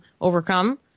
overcome